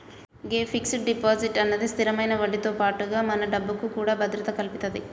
గే fix deposit అన్నది స్థిరమైన వడ్డీతో పాటుగా మన డబ్బుకు కూడా భద్రత కల్పితది